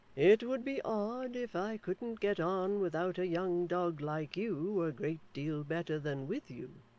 it would be odd if i couldn't get on without a young dog like you a great deal better than with you.